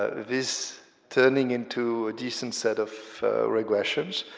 this turning into a decent set of regressions.